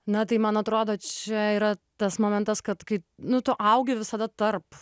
na tai man atrodo čia yra tas momentas kad kai nu tu augi visada tarp